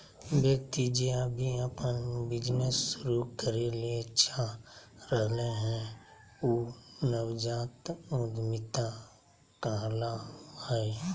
व्यक्ति जे अभी अपन बिजनेस शुरू करे ले चाह रहलय हें उ नवजात उद्यमिता कहला हय